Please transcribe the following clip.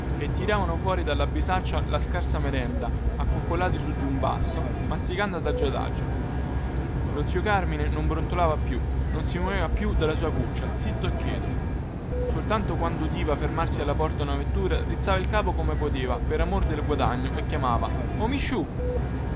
e tiravano fuori dalla bisaccia la scarsa merenda accoccolati su di un basto masticando adagio adagio lo zio carmine non brontolava più non si moveva più dalla sua cuccia zitto e cheto soltanto quando udiva fermarsi alla porta una vettura rizzava il capo come poteva per amor del guadagno e chiamava o misciu